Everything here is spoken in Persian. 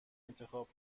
انتخاب